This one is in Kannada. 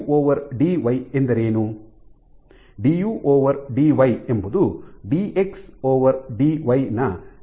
ಡಿಯು ಡಿವೈ du dy ಎಂಬುದು ಡಿಎಕ್ಸ್ ಡಿವೈ dx dy ನ ಡಿ ಡಿಟಿ d dt ಆಗಿದೆ